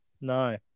No